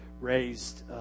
raised